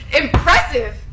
Impressive